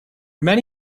many